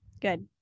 Good